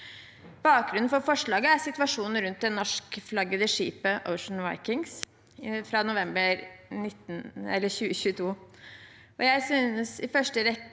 Bakgrunnen for forslaget er situasjonen rundt det norskflaggede skipet «Ocean Viking» i november 2022.